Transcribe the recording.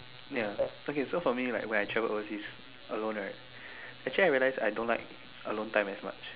ya okay so for me right when I travel overseas alone right actually I realize I don't like alone time as much